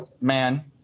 man